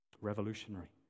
Revolutionary